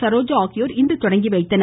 சரோஜா ஆகியோர் இன்று தொடங்கி வைத்தனர்